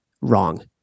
wrong